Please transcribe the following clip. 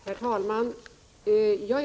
Herr talman!